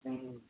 ம்